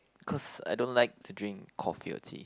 cause I don't like to drink coffee or tea